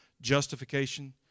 Justification